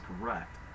correct